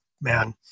man